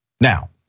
Now